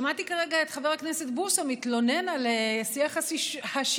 שמעתי כרגע את חבר הכנסת בוסו מתלונן על שיח השיסוי.